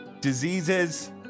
diseases